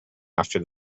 after